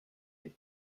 est